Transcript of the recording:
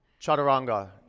Chaturanga